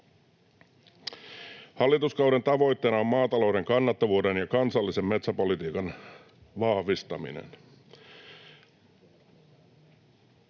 Hallituskauden tavoitteena on maatalouden kannattavuuden ja kansallisen metsäpolitiikan vahvistaminen.